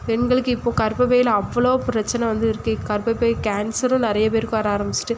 பெண்களுக்கு இப்போ கர்பப்பையில அவ்வளோ பிரச்சனை வந்து இருக்கு கர்பப்பை கேன்சரும் நிறைய பேருக்கு வர ஆரம்பிச்சிட்டு